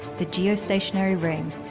the geostationary ring.